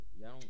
Y'all